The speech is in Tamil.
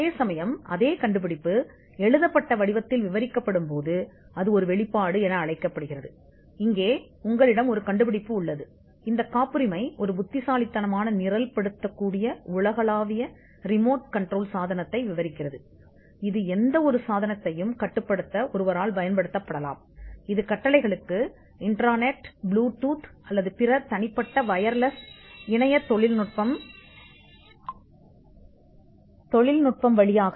அதேசமயம் அதே கண்டுபிடிப்பு எழுதப்பட்ட வடிவத்தில் விவரிக்கப்படும்போது அது ஒரு வெளிப்பாடு என விவரிக்கப்படுகிறது இங்கே உங்களுக்கு ஒரு கண்டுபிடிப்பு உள்ளது இந்த காப்புரிமை ஒரு புத்திசாலித்தனமான நிரல்படுத்தக்கூடிய உலகளாவிய ரிமோட் கண்ட்ரோல் சாதனத்தை விவரிக்கிறது இது எந்தவொரு சாதனத்தையும் கட்டுப்படுத்த ஒரு பயனரால் பயன்படுத்தப்படலாம் கட்டளைகளுக்கு பதிலளிக்கிறது மற்றும் அகச்சிவப்பு புளூடூத் அல்லது பிற வயர்லெஸ் தனிப்பட்ட பிணைய தொழில்நுட்பம் வழியாக